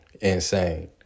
insane